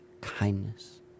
kindness